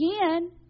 again